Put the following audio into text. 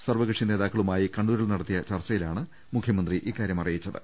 സർവകക്ഷി നേതാക്കളുമായി കണ്ണൂ രിൽ നടത്തിയ ചർച്ചയിലാണ് മുഖ്യമന്ത്രി ഇക്കാര്യം അറിയിച്ചത്